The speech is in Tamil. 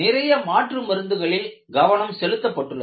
நிறைய மாற்று மருந்துகளில் கவனம் செலுத்தப்பட்டுள்ளது